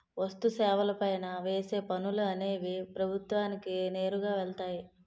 వస్తు సేవల పైన వేసే పనులు అనేవి ప్రభుత్వానికి నేరుగా వెళ్తాయి